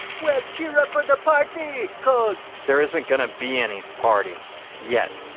well cheer up for the party cuz there isn't gonna be any party yet